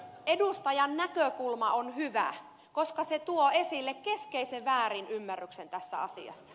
edustajan näkökulma on hyvä koska se tuo esille keskeisen väärinymmärryksen tässä asiassa